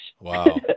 Wow